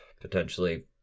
potentially